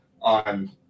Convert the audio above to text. on